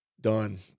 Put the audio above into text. Done